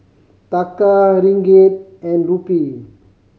Taka Ringgit and Rupee